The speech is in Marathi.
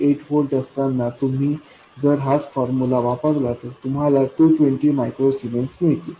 8 व्होल्ट असतांना तुम्ही जर हाच फॉर्मुला वापरला तर तुम्हाला 220 मायक्रो सीमेन्स मिळतील